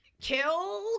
kill